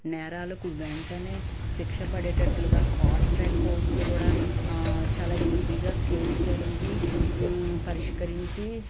నేరాలకు వెంటనే శిక్ష పడేటట్లుగా ఫాస్ట్ ట్రాక్ కోర్టులు కూడా చాలా ఈసీగా కేస్లనేవి పరిష్కరించి